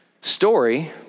story